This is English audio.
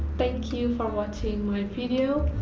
thank you for watching my video.